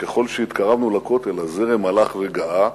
ככל שהתקרבנו לכותל הזרם הלך וגאה.